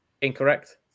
incorrect